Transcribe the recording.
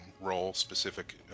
role-specific